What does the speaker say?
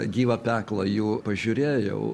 gyvą peklą jų pažiūrėjau